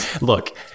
look